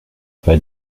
pas